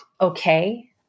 okay